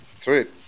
Sweet